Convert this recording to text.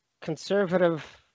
conservative